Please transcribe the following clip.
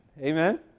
Amen